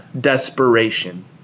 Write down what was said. desperation